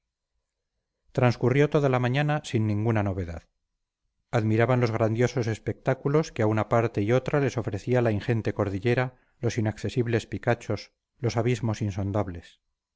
transcurrió toda la mañana sin ninguna novedad admiraban los grandiosos espectáculos que a una parte y otra les ofrecía la ingente cordillera los inaccesibles picachos los abismos insondables